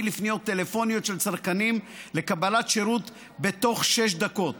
על פניות טלפוניות של צרכנים לקבלת שירות בתוך שש דקות